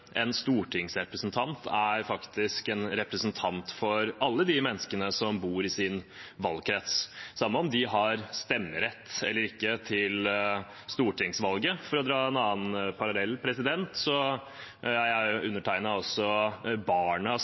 en stortingsrepresentant er en representant for alle de menneskene som bor i vedkommendes valgkrets – samme om de har stemmerett eller ikke ved stortingsvalg. For å dra en parallell: Undertegnede er også